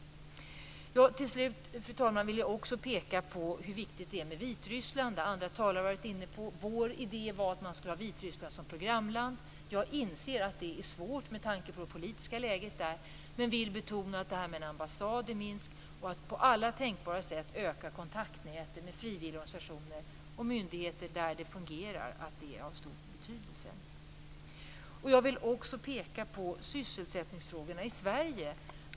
Fru talman! Till slut vill jag också peka på hur viktigt det är med Vitryssland, som andra talare har varit inne på. Vår idé är att ha Vitryssland som programland. Jag inser att det är svårt med tanke på det politiska läget där men vill betona den stora betydelsen av en ambassad i Minsk och av att på alla tänkbara sätt öka kontaktnätet med frivilliga organisationer och myndigheter där det fungerar. Jag vill också peka på sysselsättningsfrågorna i Sverige.